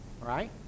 right